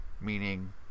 meaning